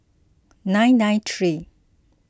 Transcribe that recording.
nine nine three